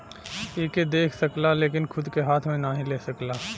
एके देख सकला लेकिन खूद के हाथ मे नाही ले सकला